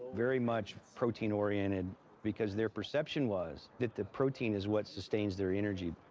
very much protein oriented and because their perception was that the protein is what sustains their energy.